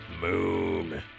Moon